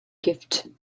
gift